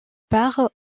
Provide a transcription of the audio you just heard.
part